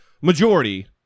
majority